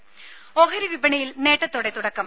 രുമ ഓഹരി വിപണിയിൽ നേട്ടത്തോടെ തുടക്കം